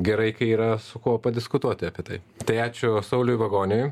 gerai kai yra su kuo padiskutuoti apie tai tai ačiū sauliui vagoniui